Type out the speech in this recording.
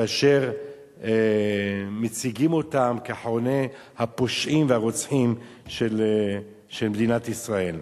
כאשר מציגים אותם כאחרוני הפושעים והרוצחים במדינת ישראל.